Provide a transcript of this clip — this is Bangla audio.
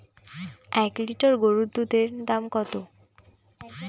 এক লিটার গরুর দুধের দাম কত?